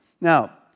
Now